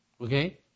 Okay